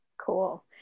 Cool